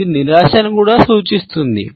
ఇది నిరాశను కూడా సూచిస్తుంది